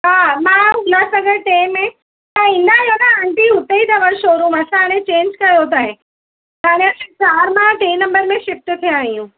हा मां उल्हास नगर टे में तव्हां ईंदा आयो न आंटी उते ई अथव शोरूम असां हाणे चेंज कयो आहे हाणे असां चारि मां टे नम्बर में शिफ्ट थियां आहियूं